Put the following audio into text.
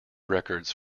records